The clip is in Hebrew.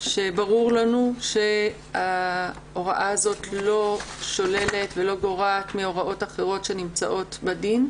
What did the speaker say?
שברור לנו שההוראה הזאת לא שוללת ולא גורעת מהוראות אחרות שנמצאות בדין.